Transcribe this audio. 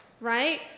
Right